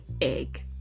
egg